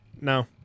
No